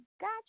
got